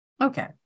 okay